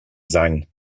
sein